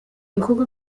bikorwa